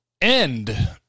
end